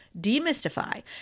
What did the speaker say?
demystify